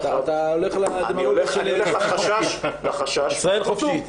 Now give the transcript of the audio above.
אתה הולך --- ישראל חופשית,